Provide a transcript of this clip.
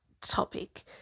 topic